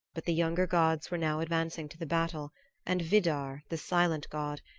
but the younger gods were now advancing to the battle and vidar, the silent god,